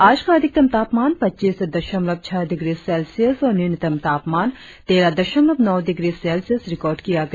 आज का अधिकतम तापमान पच्चीस दशमलव छह डिग्री सेल्सियस और न्यूनतम तापमान तेरह दशमलव नौ डिग्री सेल्सियस रिकार्ड किया गया